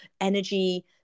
energy